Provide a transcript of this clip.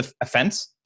offense